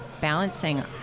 balancing